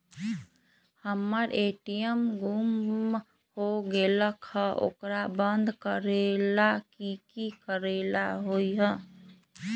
हमर ए.टी.एम गुम हो गेलक ह ओकरा बंद करेला कि कि करेला होई है?